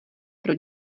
pro